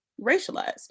racialized